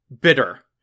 bitter